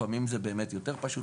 לפעמים זה באמת יותר פשוט,